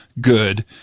good